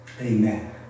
Amen